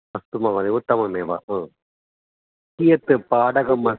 अस्तु महोदय उत्तममेव हा कियत् भटकमस्